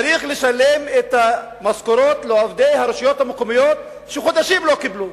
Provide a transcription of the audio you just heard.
צריך לשלם את המשכורות לעובדי הרשויות המקומיות שחודשים לא קיבלו.